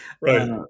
right